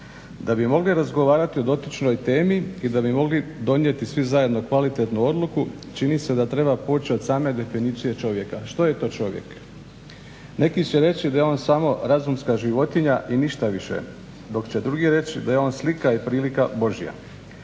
Da bi mogli razgovarati o dotičnoj temi i da bi mogli donijeti svi zajedno kvalitetnu odluku čini se da treba poći od same definicije čovjeka. Što je to čovjek? Neki će reći da je on samo razumska životinja i ništa više dok će drugi reći da je on slika i prilika božja.